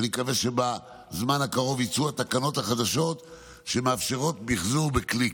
ואני מקווה שבזמן הקרוב יצאו התקנות החדשות שמאפשרות מחזור בקליק.